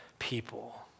people